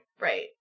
Right